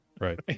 right